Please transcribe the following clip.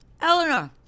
Eleanor